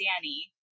Danny